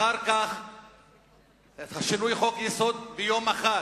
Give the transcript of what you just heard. אחר כך שינוי חוק-יסוד ביום אחד,